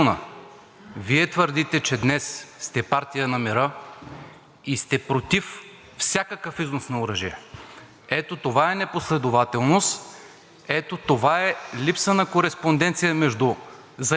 Ето това е непоследователност, ето това е липса на кореспонденция между заявените политически ангажименти и виждания на партията, която представлявате, и действията Ви като част от